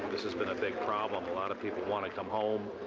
this has been a big problem. a lot of people want to come home,